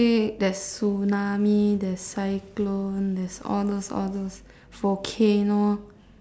earthquake there's tsunami there's cyclone there's all those all those volcano